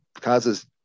causes